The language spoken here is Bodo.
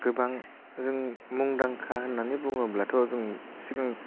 गोबां जों मुंदांखा होननानै बुङोब्लाथ' जों सिगां